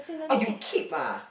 orh you keep ah